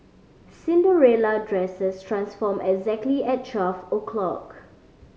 Cinderella dresses transformed exactly at twelve o' clock